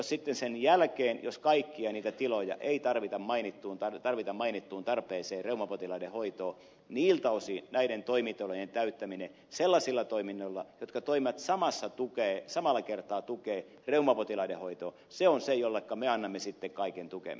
jos sitten sen jälkeen kaikkia niitä tiloja ei tarvita mainittuun tarpeeseen reumapotilaiden hoitoon niin niiltä osin näiden toimitilojen täyttäminen sellaisilla toiminnoilla jotka samalla kertaa tukevat reumapotilaiden hoitoa on se jolleka me annamme sitten kaiken tukemme